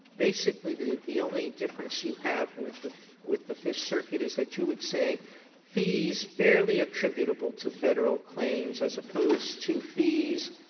basically the the only difference you have with the with the fifth circuit is that you would say fees fairly attributable to federal claims as opposed to fees